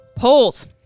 polls